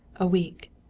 a week.